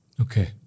Okay